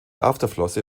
afterflosse